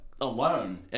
alone